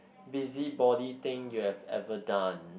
busybody thing you have ever done